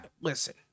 listen